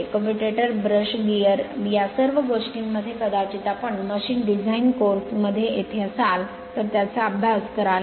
commutator brush gear या सर्व गोष्टींमध्ये कदाचित आपण मशीन डिझाइन कोर्स मध्ये तेथे असाल तर त्याचा अभ्यास कराल